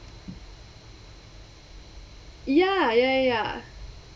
ya ya ya ya